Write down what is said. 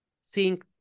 seeing